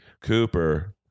Cooper